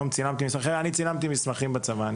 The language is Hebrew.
אני אישית צילמתי מסמכים בצבא,